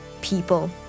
people